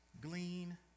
glean